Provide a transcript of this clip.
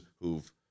who've